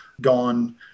gone